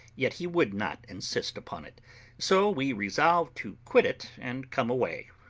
yet he would not insist upon it so we resolved to quit it and come away,